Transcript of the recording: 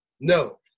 No